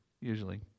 usually